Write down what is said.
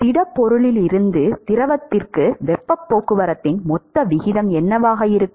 திடப்பொருளிலிருந்து திரவத்திற்கு வெப்பப் போக்குவரத்தின் மொத்த விகிதம் என்னவாக இருக்கும்